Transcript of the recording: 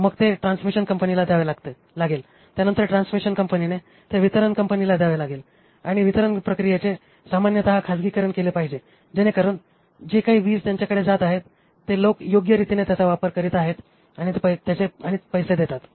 मग ते ट्रान्समिशन कंपनीला द्यावे लागेल आणि त्यानंतर ट्रान्समिशन कंपनीने ते वितरण कंपनीला द्यावे लागेल आणि वितरण प्रक्रियेचे सामान्यत खाजगीकरण केले पाहिजे जेणेकरून जे काही वीज त्यांच्याकडे जात आहे ते लोक योग्य रीतीने त्याचा वापर करीत आहेत आणि पैसे देतात